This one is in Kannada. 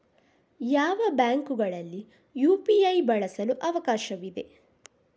ಯಾವ ಬ್ಯಾಂಕುಗಳಲ್ಲಿ ಯು.ಪಿ.ಐ ಬಳಸಲು ಅವಕಾಶವಿದೆ?